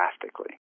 drastically